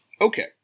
Okay